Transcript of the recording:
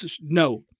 no